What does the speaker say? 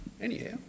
Anyhow